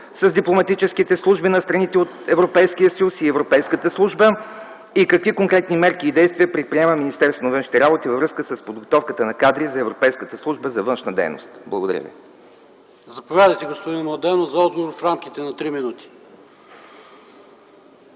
с дипломатическите служби на страните от Европейския съюз и Европейската служба и какви конкретни мерки и действия предприема Министерството на външните работи във връзка с подготовката на кадри за Европейската служба за външна дейност? Благодаря. ПРЕДСЕДАТЕЛ ПАВЕЛ ШОПОВ: Заповядайте, господин Младенов, за отговор в рамките на 3 минути.